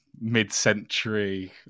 mid-century